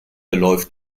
läuft